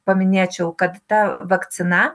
paminėčiau kad ta vakcina